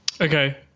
Okay